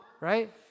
right